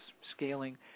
scaling